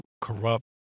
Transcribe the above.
corrupt